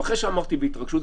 אחרי שאמרתי את הדברים בהתרגשות,